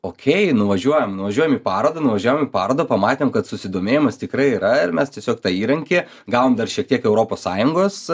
okei nuvažiuojam nuvažiuojam į parodą nuvažiavom į parodą pamatėm kad susidomėjimas tikrai yra ir mes tiesiog tą įrankį gavom dar šiek tiek europos sąjungos